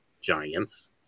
giants